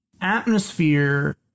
atmosphere